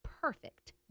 perfect